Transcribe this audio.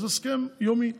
אז הסכם יומי.